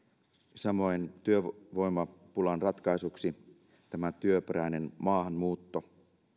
samoin työvoimapulan ratkaisuksi työperäinen maahanmuutto